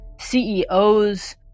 CEOs